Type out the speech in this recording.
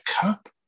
cup